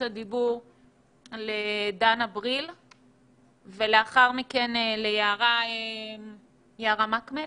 הדיבור לדנה בריל ולאחר מכן ליערה מקמל.